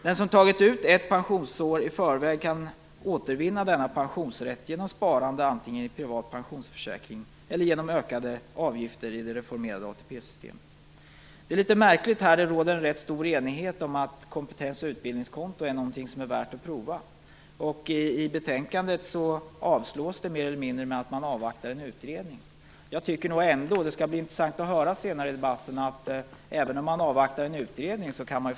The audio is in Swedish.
Den som har tagit ut ett pensionsår i förväg kan återvinna denna pensionsrätt antingen genom sparande i privat pensionsförsäkring eller genom ökade avgifter i det reformerade ATP Det råder en rätt stor enighet om att kompetens och utbildningskonto är något som är värt att prova, men i betänkandet avvisas förslaget mer eller mindre med att man avvaktar en utredning. Det är litet märkligt. Jag tycker nog ändå att man kan ha litet synpunkter på förslaget, även om man avvaktar en utredning.